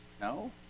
No